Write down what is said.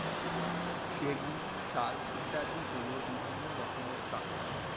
সেগুন, শাল ইত্যাদি হল বিভিন্ন রকমের কাঠ